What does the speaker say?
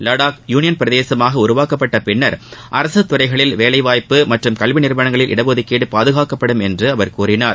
வடாக் union பிரதேசமாக உருவாக்கப்பட்டப்பின் அரசுத் துறைகளில் வேலை வாய்ப்பு மற்றும் கல்வி நிறுவனங்களில் இட ஒதுக்கீடு பாதுகாக்கப்படும் என்று அவர் கூறினார்